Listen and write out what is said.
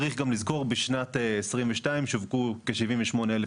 צריך לזכור שבשנת 2022 שווקו כ-78 אלף